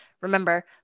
Remember